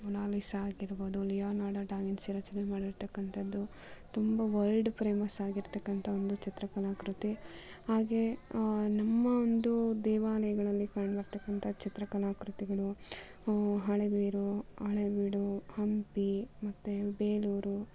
Mona Lisa ಆಗಿರಬಹುದು Leonardo da Vinci ರಚನೆ ಮಾಡಿರತಕ್ಕಂಥದ್ದು ತುಂಬ ವರ್ಲ್ಡ್ ಫ್ರೇಮಸ್ ಆಗಿರ್ತಕ್ಕಂಥ ಒಂದು ಚಿತ್ರ ಕಲಾ ಕೃತಿ ಹಾಗೆ ನಮ್ಮ ಒಂದು ದೇವಾಲಯಗಳಲ್ಲಿ ಕಂಡು ಬರ್ತಕ್ಕಂಥ ಚಿತ್ರ ಕಲಾ ಕೃತಿಗಳು ಹಳೇಬೀಡು ಹಳೇಬೀಡು ಹಂಪಿ ಮತ್ತು ಬೇಲೂರು